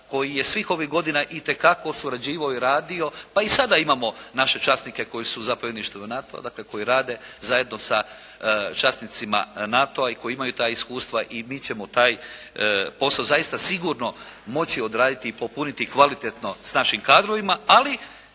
koji je svih ovih godina itekako surađivao i radio. Pa i sad imamo naše časnike koji su u zapovjedništvu NATO-a, dakle koji rade zajedno sa časnicima NATO-a i koji imaju ta iskustva i mi ćemo taj posao zaista sigurno moći odraditi i popuniti kvalitetno s našim kadrovima. Ali,